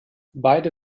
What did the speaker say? beide